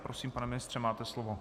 Prosím, pane ministře, máte slovo.